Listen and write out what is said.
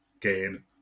gain